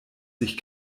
sich